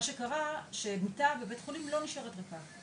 מה שקרה זה שמיטה בבית חולים לא נשארת ריקה,